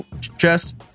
chest